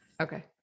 Okay